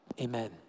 Amen